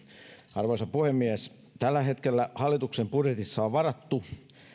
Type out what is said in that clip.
arvoisa puhemies tällä hetkellä hallituksen budjetissa on varattu